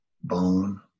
bone